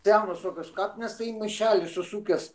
senos tokios kapinės tai į maišelį susukęs